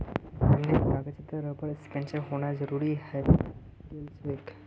जमीनेर कागजातत रबर स्टैंपेर होना जरूरी हइ गेल छेक